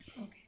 Okay